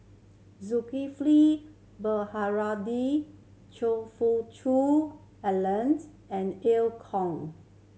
Zulkifli Baharudin Choe Fook Cheong Alan and Ear Kong